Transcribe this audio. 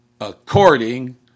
according